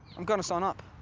i'm gonna sign up.